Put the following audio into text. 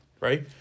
Right